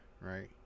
right